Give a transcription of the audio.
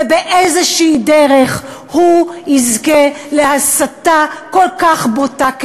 באיזושהי דרך הוא יזכה להסתה כל כך בוטה כנגדו,